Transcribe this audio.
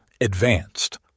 advanced